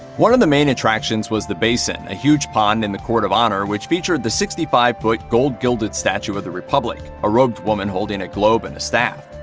one of the main attractions was the basin, a huge pond in the court of honor which featured the sixty five foot gold-gilded statue of the republic a robed woman holding a globe and a staff.